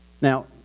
Now